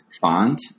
font